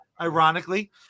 ironically